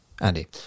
Andy